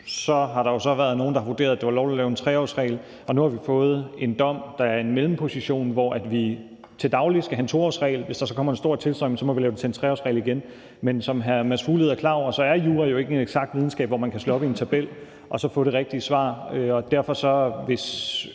har der jo været nogle, der har vurderet, at det var lovligt at lave en 3-årsregel, og nu har vi fået en dom, der er en mellemposition, hvor vi til daglig skal have en 2-årsregel, og hvis der så kommer en stor tilstrømning, må vi lave det til en 3-årsregel igen. Men som hr. Mads Fuglede er klar over, er jura jo ikke en eksakt videnskab, hvor man kan slå op i en tabel og så få det rigtige svar, så hvis formålet